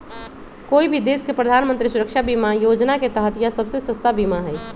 कोई भी देश के प्रधानमंत्री सुरक्षा बीमा योजना के तहत यह सबसे सस्ता बीमा हई